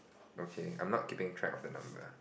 okay I'm not keeping track of the number